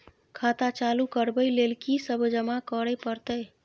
खाता चालू करबै लेल की सब जमा करै परतै?